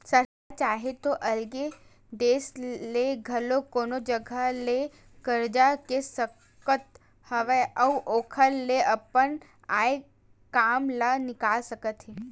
सरकार चाहे तो अलगे देस ले घलो कोनो जघा ले करजा ले सकत हवय अउ ओखर ले अपन आय काम ल निकाल सकत हे